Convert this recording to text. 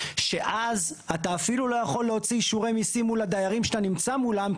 שאז אתה אפילו לא יכול להוציא אישורי מיסים מול הדיירים שאתה נמצא מולם,